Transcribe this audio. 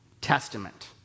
Testament